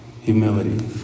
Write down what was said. humility